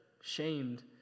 shamed